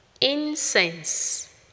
Incense